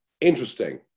interesting